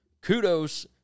Kudos